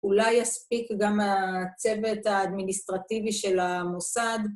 אולי יספיק גם הצוות האדמיניסטרטיבי של המוסד